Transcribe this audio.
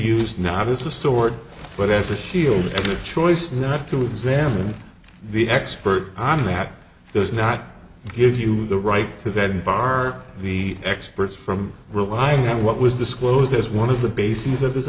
used now this is a sword but as a shield of choice not to examine the expert on that does not give you the right to then bar the experts from relying on what was disclosed his one of the bases of his